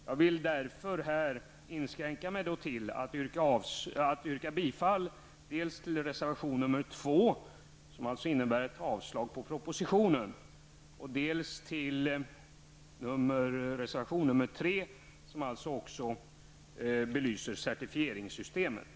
Jag vill därför här inskränka mig till att yrka bifall dels till reservation nr 2 som innebär ett avslag på propositionen, dels till reservation nr 3 som belyser certifieringssystemet.